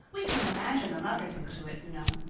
we can't imagine the lovers into it, you know.